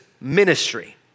ministry